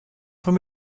von